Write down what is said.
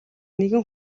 нэгэн